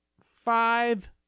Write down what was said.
five